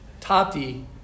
Tati